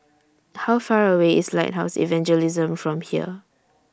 How Far away IS Lighthouse Evangelism from here